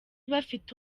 bafite